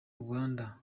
rwanda